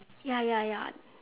ya ya ya